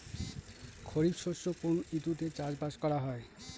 খরিফ শস্য কোন ঋতুতে চাষাবাদ করা হয়?